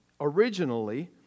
originally